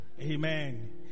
Amen